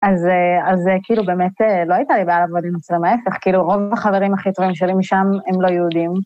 אז זה, אז זה, כאילו באמת לא הייתה לי בעיה לעבוד עם נוצרים, ההפך, כאילו רוב החברים הכי טובים שלי משם הם לא יהודים.